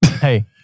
Hey